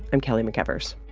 i'm kelly mcevers